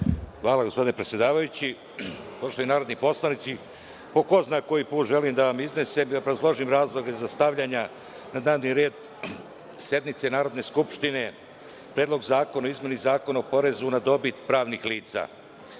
Hvala, gospodine predsedavajući. Poštovani narodni poslanici, po ko zna koji put želim da vam iznesem i obrazložim razloge za stavljanje na dnevni red sednice Narodne skupštine Predlog zakona o izmeni Zakona o porezu na dobit pravnih lica. Kao